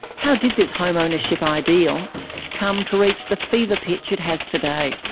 how did this home ownership ideal come to reach the fever pitch it has today?